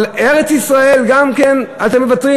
אבל על ארץ-ישראל גם כן אתם מוותרים?